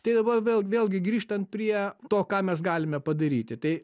tai dabar vėl vėlgi grįžtant prie to ką mes galime padaryti tai